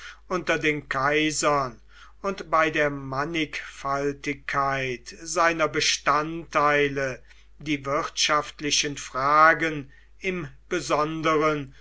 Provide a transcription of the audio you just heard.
unter den kaisern und bei der mannigfaltigkeit seiner bestandteile die wirtschaftlichen fragen im besonderen